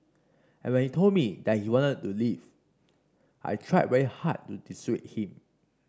and when he told me that he wanted to leave I tried very hard to dissuade him